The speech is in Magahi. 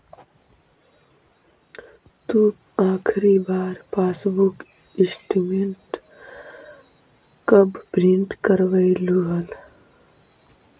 तु आखिरी बार पासबुक स्टेटमेंट कब प्रिन्ट करवैलु हल